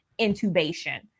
intubation